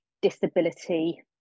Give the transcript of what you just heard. disability